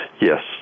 Yes